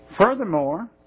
Furthermore